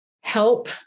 help